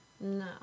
No